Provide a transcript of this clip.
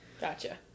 gotcha